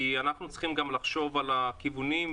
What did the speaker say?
כי אנחנו צריכים לחשוב על הכיוונים,